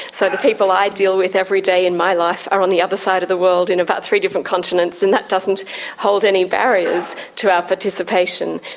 so the people i deal with every day in my life are on the other side of the world in about three different continents, and that's doesn't hold any barriers to our participation.